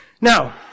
Now